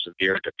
severe